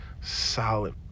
solid